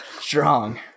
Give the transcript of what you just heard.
Strong